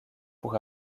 pour